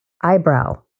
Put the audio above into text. eyebrow